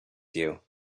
you